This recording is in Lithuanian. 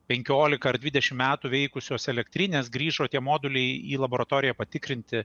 penkioliką ar dvidešim metų veikusios elektrinės grįžo tie moduliai į laboratoriją patikrinti